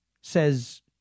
Says